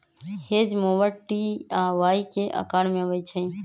hedge mower T आ Y के अकार में अबई छई